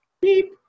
Beep